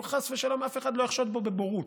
וחס ושלום אף אחד לא יחשוד בו בבורות.